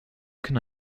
can